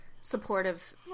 supportive